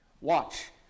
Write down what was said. Watch